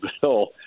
bill